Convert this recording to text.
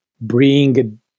bring